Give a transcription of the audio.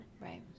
right